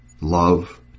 love